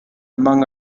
among